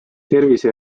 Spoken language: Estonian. tervise